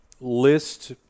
list